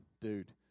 dude